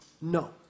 No